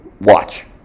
watch